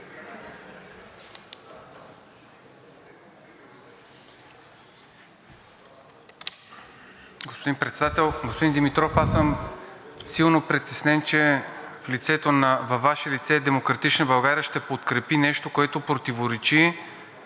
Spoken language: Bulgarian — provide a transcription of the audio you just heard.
Господин Председател! Господин Димитров, аз съм силно притеснен, че във Ваше лице „Демократична България“ ще подкрепи нещо, което противоречи